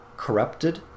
Corrupted